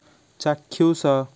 ଚାକ୍ଷୁଷ